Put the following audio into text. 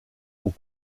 aux